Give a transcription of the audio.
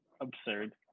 absurd